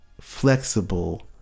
flexible